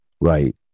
right